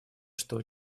что